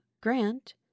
Grant